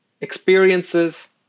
experiences